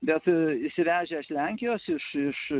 bet įsivežę iš lenkijos iš iš